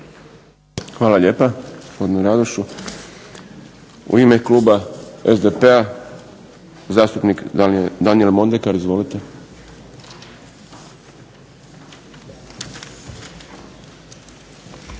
Hvala lijepa gospodinu Radošu. U ime kluba SDP-a zastupnik Daniel Mondekar. Izvolite.